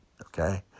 okay